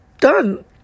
done